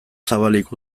zabalik